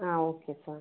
ആ okay sir